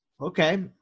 Okay